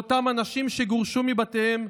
לאותם אנשים שגורשו מבתיהם,